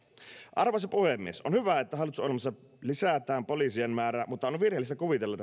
arvoisa puhemies on hyvä että hallitusohjelmassa lisätään poliisien määrää mutta on virheellistä kuvitella